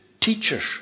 teachers